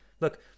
look